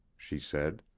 she said.